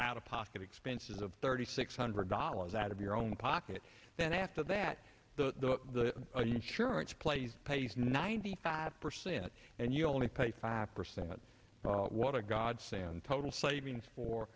out of pocket expenses of thirty six hundred dollars out of your own pocket then after that the the insurance place pays ninety five percent and you only pay five percent what a godsend total savings for